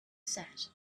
said